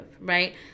right